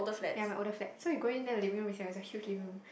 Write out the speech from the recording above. ya my older flat so you go in then the living room is here is a huge living room